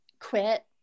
quit